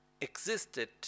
existed